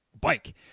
bike